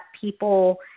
people